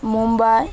Mumbai